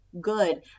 Good